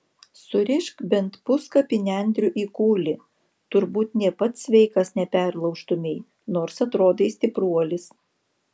surišk bent puskapį nendrių į kūlį turbūt nė pats sveikas neperlaužtumei nors atrodai stipruolis